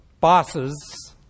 bosses